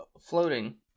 floating